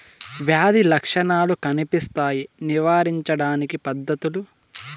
వ్యాధి లక్షణాలు కనిపిస్తాయి నివారించడానికి పద్ధతులు?